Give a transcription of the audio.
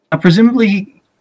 Presumably